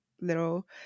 little